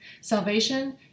Salvation